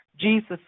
Jesus